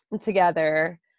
together